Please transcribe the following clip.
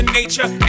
nature